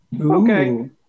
Okay